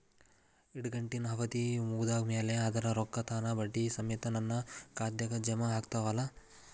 ಇಡಗಂಟಿನ್ ಅವಧಿ ಮುಗದ್ ಮ್ಯಾಲೆ ಅದರ ರೊಕ್ಕಾ ತಾನ ಬಡ್ಡಿ ಸಮೇತ ನನ್ನ ಖಾತೆದಾಗ್ ಜಮಾ ಆಗ್ತಾವ್ ಅಲಾ?